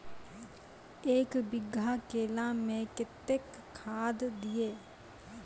एक बीघा केला मैं कत्तेक खाद दिये?